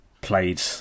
played